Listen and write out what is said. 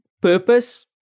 purpose